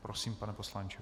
Prosím, pane poslanče.